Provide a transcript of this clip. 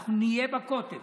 אנחנו נהיה בכותל.